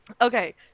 okay